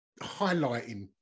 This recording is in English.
highlighting